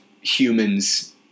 humans